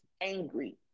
angry